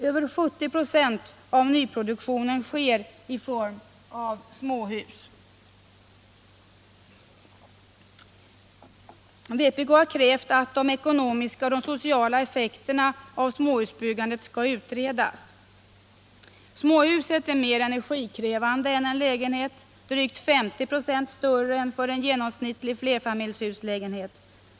Över 70 96 av nyproduktionen sker i form av småhus. Vpk har krävt att de ekonomiska och sociala effekterna av småhusbyggandet skall utredas. Småhuset kräver mer energi än en lägenhet — drygt 50 96 mer än en genomsnittlig flerfamiljshuslägenhet.